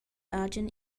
agen